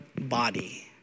body